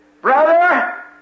brother